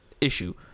issue